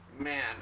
Man